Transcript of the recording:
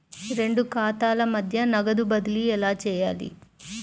రెండు ఖాతాల మధ్య నగదు బదిలీ ఎలా చేయాలి?